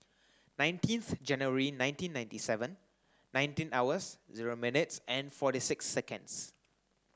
nineteenth January nineteen ninety seven nineteen hours zero minutes forty six seconds